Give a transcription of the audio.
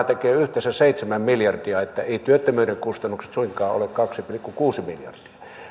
tekee yhteensä seitsemän miljardia niin että eivät työttömyyden kustannukset suinkaan ole kaksi pilkku kuusi miljardia